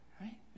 Right